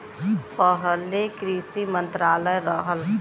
पहिले कृषि मंत्रालय रहल